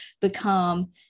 become